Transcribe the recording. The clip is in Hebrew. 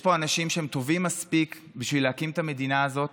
יש פה אנשים שהם טובים מספיק בשביל להקים את המדינה הזאת,